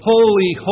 Holy